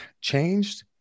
changed